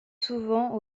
souvent